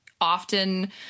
often